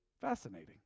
Fascinating